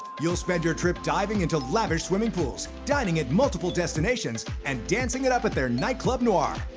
you'll spend your trip diving into lavish swimming pools, dining at multiple destinations, and dancing it up at their nightclub, noir.